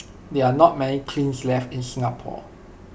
there are not many kilns left in Singapore